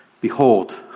Behold